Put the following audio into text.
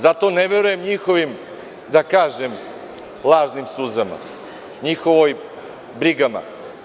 Zato ne verujem njihovim, da kažem, lažnim suzama, njihovim brigama.